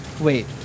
Wait